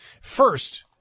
First